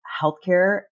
healthcare